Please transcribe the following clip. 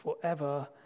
forever